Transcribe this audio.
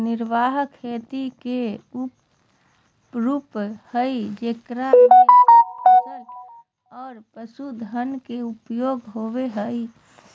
निर्वाह खेती के उ रूप हइ जेकरा में सब फसल और पशुधन के उपयोग होबा हइ